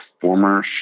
former